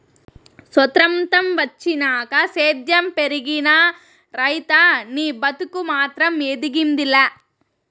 సొత్రంతం వచ్చినాక సేద్యం పెరిగినా, రైతనీ బతుకు మాత్రం ఎదిగింది లా